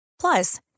Plus